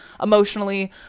emotionally